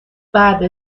بعد